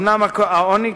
אומנם העוני,